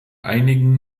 einigen